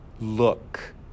look